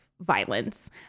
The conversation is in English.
violence